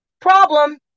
Problem